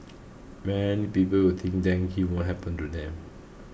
many people think dengue won't happen to them